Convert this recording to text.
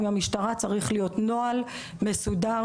עם המשטרה צריך להיות נוהל מסודר,